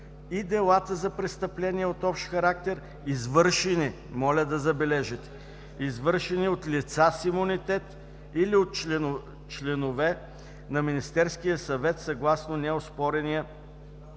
и делата за престъпления от общ характер, извършени, моля да забележите, извършени от лица с имунитет или от членове на Министерския съвет съгласно неоспорения